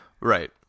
Right